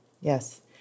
Yes